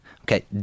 Okay